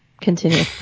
Continue